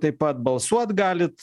taip pat balsuot galit